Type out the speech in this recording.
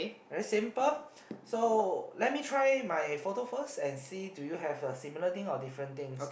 very simple so let me try my photo first and see do you have the similar thing or different things